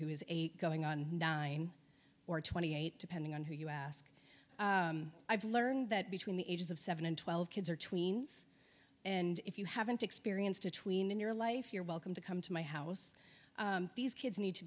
who is eight going on nine or twenty eight depending on who you ask i've learned that between the ages of seven and twelve kids are tweens and if you haven't experienced a tween in your life you're welcome to come to my house these kids need to